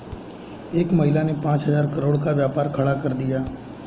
एक महिला ने पांच हजार करोड़ का व्यापार खड़ा कर दिया